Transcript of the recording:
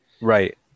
Right